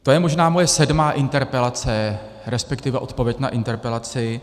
To je možná moje sedmá interpelace, respektive odpověď na interpelaci.